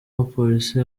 abapolisi